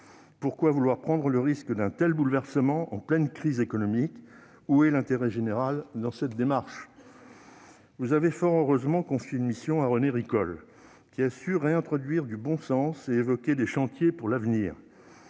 Pourquoi vouloir prendre le risque d'un tel bouleversement en pleine crise économique ? Où est l'intérêt général dans cette démarche ? Vous avez fort heureusement confié une mission à René Ricol, qui a su réintroduire du bon sens et évoquer des chantiers pour l'avenir.